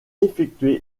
effectué